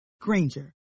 Granger